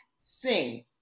sing